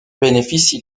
bénéficie